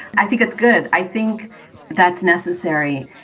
i think it's good. i think that's necessary.